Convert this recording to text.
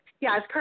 yes